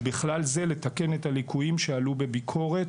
ובכלל זה לתקן את הליקויים שעלו בביקורת,